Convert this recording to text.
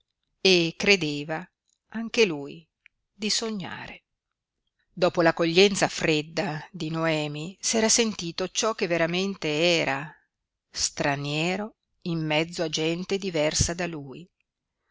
e credeva anche lui di sognare dopo l'accoglienza fredda di noemi s'era sentito ciò che veramente era straniero in mezzo a gente diversa da lui